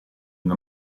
una